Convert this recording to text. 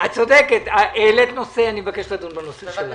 את צודקת, העלית נושא ואני מבקש לדון בנושא שלך.